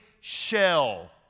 shell